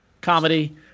Comedy